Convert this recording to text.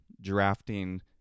drafting